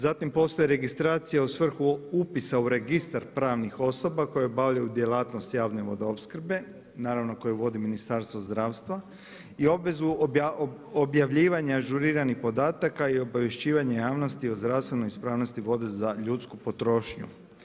Zatim postoji registracija u svrhu upisa u registar pravnih osoba koje obavljaju djelatnost javne vodoopskrbe, naravno koje vodi Ministarstvo zdravstva i obvezu objavljivanja ažuriranih podataka i obavješćivanja javnosti o zdravstvenoj ispravnosti vode za ljudsku potrošnju.